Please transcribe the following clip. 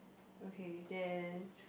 okay then